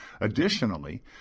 Additionally